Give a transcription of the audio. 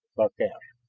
buck asked.